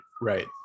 right